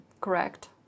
correct